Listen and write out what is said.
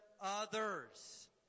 others